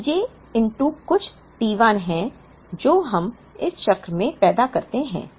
तो Pj कुछ t1 है जो हम इस चक्र में पैदा करते हैं